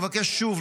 אבקש שוב,